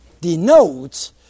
denotes